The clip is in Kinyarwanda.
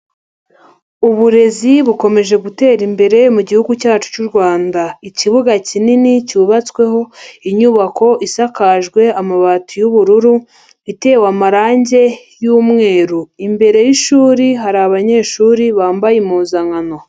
Uburezi bukomeje gutera imbere mu gihugu cyacu cy'u Rwanda. Ikibuga kinini cyubatsweho inyubako isakajwe amabati y'ubururu, itewe amarangi y'umweru. Imbere y'ishuri hari abanyeshuri bambaye impuzankano.